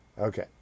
Okay